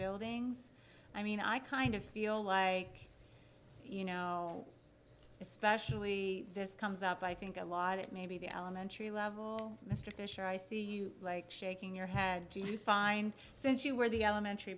buildings i mean i kind of feel like you know especially this comes up i think a lot it maybe the elementary level mr fisher i see you like shaking your head do you find since you were the elementary